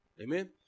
Amen